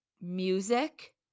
music